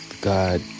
God